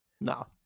No